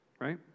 Right